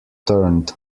turned